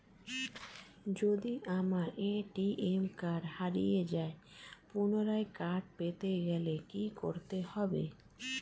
যদি আমার ATM card হারিয়ে যায় পুনরায় কার্ড পেতে গেলে কি করতে হবে?